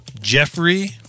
Jeffrey